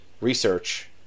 research